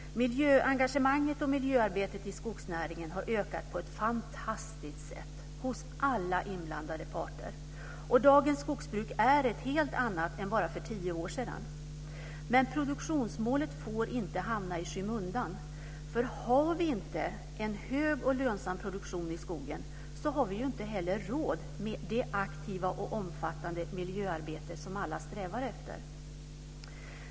Miljöengagemanget och miljöarbetet i skogsnäringen har ökat på ett fantastiskt sätt hos alla inblandade parter. Dagens skogsbruk är ett helt annat än för bara tio år sedan. Men produktionsmålet får inte hamna i skymundan. Har vi inte en hög och lönsam produktion har vi inte heller råd med det aktiva och omfattande miljöarbete alla strävar efter.